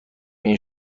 این